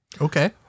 Okay